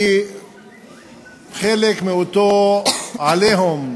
זה חלק מאותו "עליהום"